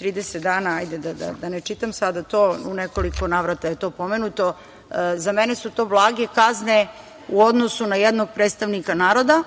30 dana, hajde da ne čitam sada to, u nekoliko navrata je to pomenuto. Za mene su to blage kazne u odnosu na jednog predstavnika naroda,